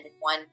one